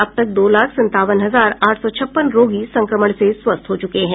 अब तक दो लाख संतावन हजार आठ सौ छप्पन रोगी संक्रमण से स्वस्थ हो चुके हैं